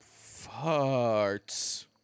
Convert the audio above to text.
Farts